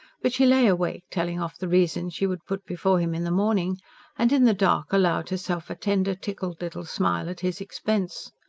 but she lay awake telling off the reasons she would put before him in the morning and in the dark allowed herself a tender, tickled little smile at his expense.